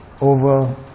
over